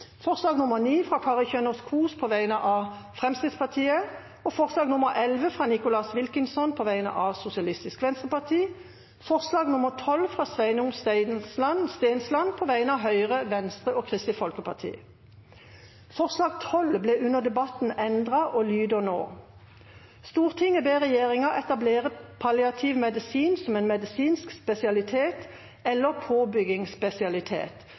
forslag nr. 9, fra Kari Kjønaas Kjos på vegne av Fremskrittspartiet forslag nr. 11, fra Nicholas Wilkinson på vegne av Sosialistisk Venstreparti forslag nr. 12, fra Sveinung Stensland på vegne av Høyre, Venstre og Kristelig Folkeparti Forslag nr. 12, fra Høyre, Venstre og Kristelig Folkeparti ble under debatten endret og lyder nå: «Stortinget ber regjeringen etablere palliativ medisin som en medisinsk spesialitet, eller